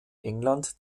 england